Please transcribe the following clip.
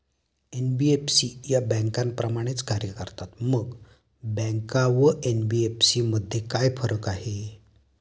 NBFC या बँकांप्रमाणेच कार्य करतात, मग बँका व एन.बी.एफ.सी मध्ये काय फरक आहे?